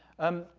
um,